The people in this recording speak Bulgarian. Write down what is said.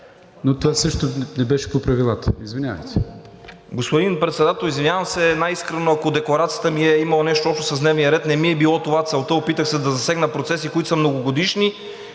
но това също не беше по правилата, извинявайте. ПЕТЪР ПЕТРОВ: Господин Председател, извинявам се най-искрено, ако декларацията ми е имала нещо общо с дневния ред. Не ми е било това целта. Опитах се да засегна процеси, които са многогодишни,